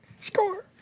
score